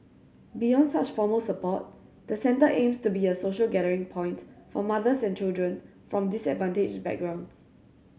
beyond such formal support the centre aims to be a social gathering point for mothers and children from disadvantaged backgrounds